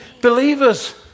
believers